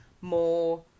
more